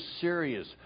serious